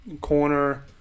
corner